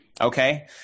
Okay